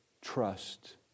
trust